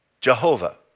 Jehovah